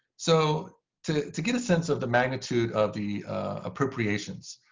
so to to get a sense of the magnitude of the appropriations,